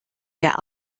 der